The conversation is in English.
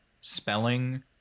spelling